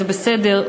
זה בסדר,